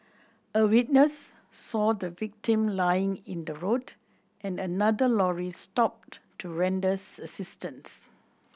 a witness saw the victim lying in the road and another lorry stopped to render assistance